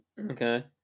Okay